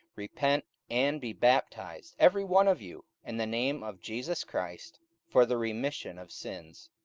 repent, and be baptized every one of you in the name of jesus christ for the remission of sins,